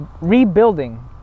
rebuilding